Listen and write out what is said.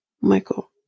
Michael